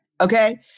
Okay